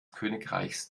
königreichs